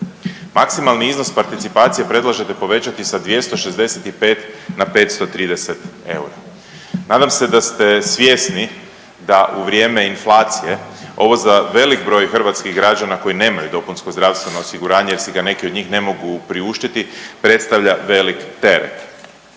Maksimalni iznos participacije predlažete povećati sa 265 na 530 eura. Nadam se da ste svjesni da u vrijeme inflacije ovo za velik broj hrvatskih građana koji nemaju dopunsko zdravstveno osiguranje jer si ga neki od njih ne mogu priuštiti predstavlja veliki teret.